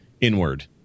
inward